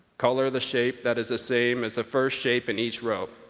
color the shape that is the same as the first shape in each row.